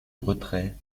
retrait